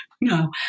no